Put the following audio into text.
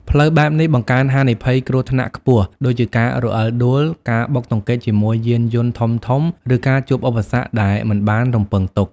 ផ្លូវបែបនេះបង្កើន ហានិភ័យគ្រោះថ្នាក់ខ្ពស់ ដូចជាការរអិលដួល ការបុកទង្គិចជាមួយយានយន្តធំៗ ឬការជួបឧបសគ្គដែលមិនបានរំពឹងទុក។